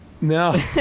No